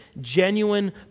genuine